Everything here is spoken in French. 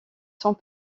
sont